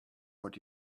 what